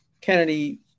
Kennedy